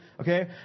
Okay